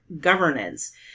governance